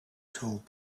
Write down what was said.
told